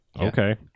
Okay